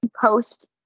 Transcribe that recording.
post